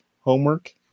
homework